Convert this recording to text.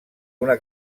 una